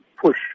push